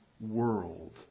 world